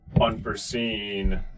unforeseen